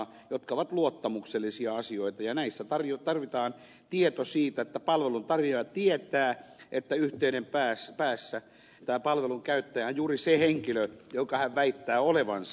nämä ovat luottamuksellisia asioita ja näissä tarvitaan tieto siitä että palveluntarjoaja tietää että yhteyden päässä tämä palvelun käyttäjä on juuri se henkilö joka hän väittää olevansa